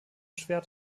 schwert